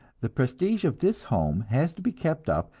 the prestige of this home has to be kept up,